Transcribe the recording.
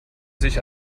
sich